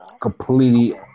completely